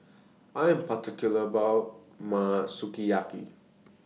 I Am particular about My Sukiyaki